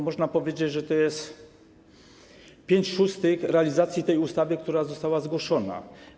Można powiedzieć, że to jest 5/6 realizacji tej ustawy, która została zgłoszona.